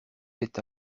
est